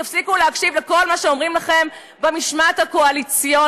תפסיקו להקשיב לכל מה שאומרים לכם במשמעת הקואליציונית.